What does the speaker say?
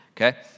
Okay